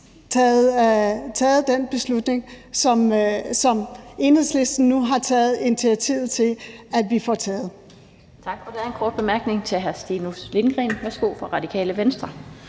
taget den beslutning, som Enhedslisten nu har taget initiativet til vi får taget.